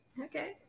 Okay